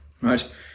right